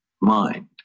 mind